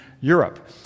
Europe